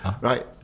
right